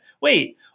Wait